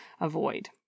avoid